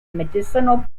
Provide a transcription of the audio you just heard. medicinal